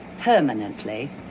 permanently